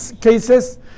cases